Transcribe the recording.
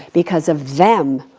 because of them,